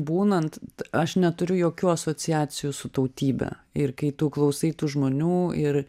būnant aš neturiu jokių asociacijų su tautybe ir kai tu klausai tų žmonių ir